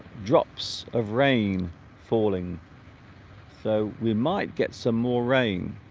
drops of rain falling so we might get some more rain